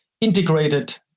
integrated